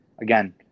again